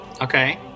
Okay